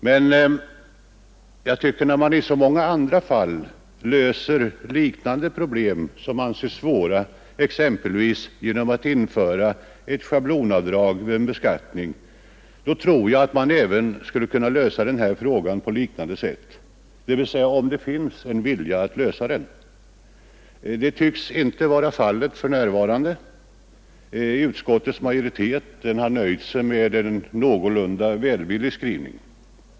Men när man i så många andra fall löser liknande problem som anses svåra, exempelvis genom att införa schablonavdrag vid beskattningen, tror jag att man skulle kunna lösa även denna fråga på motsvarande sätt, om bara det finns en vilja att göra det. Så tycks f.n. inte vara fallet. Utskottets majoritet har nöjt sig med en någorlunda välvillig skrivning.